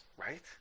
Right